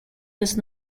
does